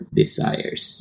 desires